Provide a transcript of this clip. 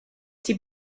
die